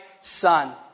son